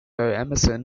emerson